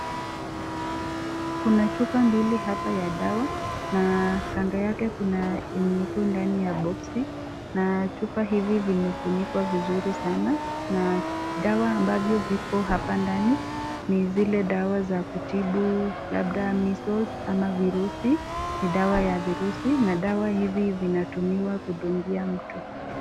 Kuna chupa mbili hapa ya dawa, na kando yake kuna ingine ndani ya boxi na chupa hivi vimefunikwa vizuri sana, na dawa ambavyo viko ndani ni zile za kutibu labda (measles)ama virusi. NI dawa ya virusi na dawa hivi vinatumika kudungia mtu.